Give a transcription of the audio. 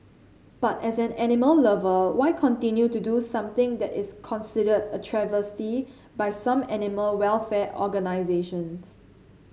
but as an animal lover why continue to do something that is considered a travesty by some animal welfare organisations